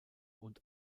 und